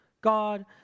God